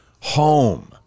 home